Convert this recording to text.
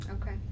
Okay